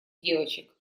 девочек